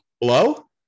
Hello